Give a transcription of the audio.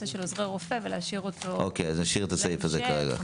של עוזרי רופא ולהשאיר את הסעיף להמשך,